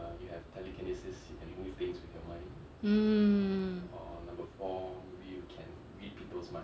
mm